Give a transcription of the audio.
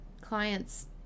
clients